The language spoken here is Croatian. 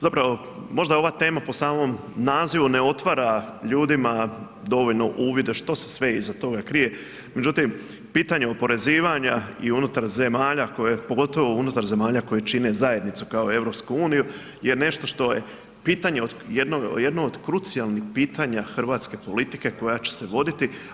Zapravo možda ova tema po samom nazivu ne otvara ljudima dovoljno uvida što se sve iza toga krije, međutim pitanje oporezivanja i unutar zemlja, pogotovo unutar zemalja koje čine zajednicu kao EU je nešto što je pitanje jedno od krucijalnih pitanja hrvatske politike koja će se voditi.